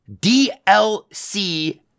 DLC